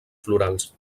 florals